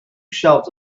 shelves